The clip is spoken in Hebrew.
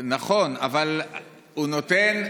הוא נותן.